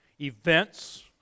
events